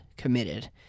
committed